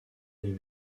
les